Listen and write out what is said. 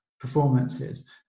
performances